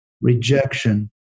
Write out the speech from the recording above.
rejection